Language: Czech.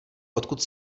odkud